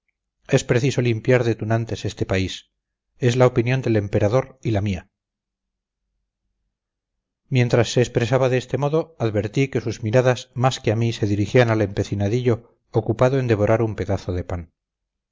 es preciso limpiar de tunantes este país es la opinión del emperador y la mía mientras se expresaba de este modo advertí que sus miradas más que a mí se dirigían al empecinadillo ocupado en devorar un pedazo de pan